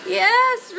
yes